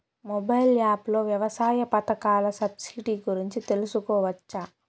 Mobile app లో వ్యవసాయ పథకాల సబ్సిడి గురించి తెలుసుకోవచ్చా?